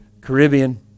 Caribbean